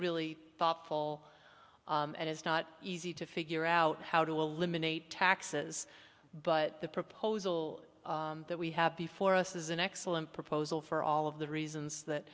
really thoughtful and it's not easy to figure out how to eliminate taxes but the proposal that we have before us is an excellent proposal for all of the reasons that